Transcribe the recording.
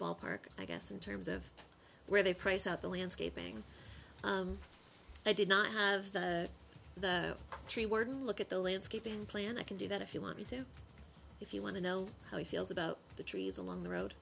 ballpark i guess in terms of where they price out the landscaping they did not have the tree words look at the landscape and plan i can do that if you want me to if you want to know how he feels about the trees along the road